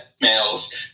males